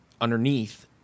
underneath